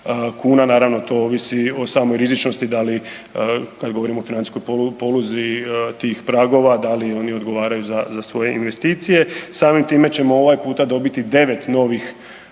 kuna, naravno to ovisi o samoj rizičnosti da li kada govorimo o financijskoj poluzi tih pragova da li oni odgovaraju za svoje investicije. Samim time ćemo ovaj puta dobiti devet novih